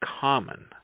common